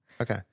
Okay